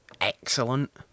excellent